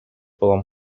болом